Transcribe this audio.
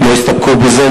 לא הסתפקו בזה,